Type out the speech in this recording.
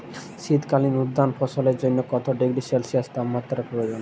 শীত কালীন উদ্যান ফসলের জন্য কত ডিগ্রী সেলসিয়াস তাপমাত্রা প্রয়োজন?